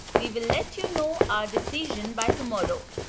we will let you know our decision by tomorrow.